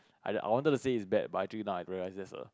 I I wanted to say it's bad but actually now I realise it's that's a